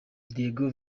diego